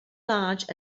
large